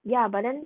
ya but then